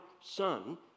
Son